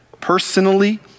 personally